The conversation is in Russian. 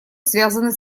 связанный